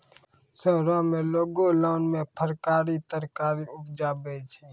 शहरो में लोगों लान मे फरकारी तरकारी उपजाबै छै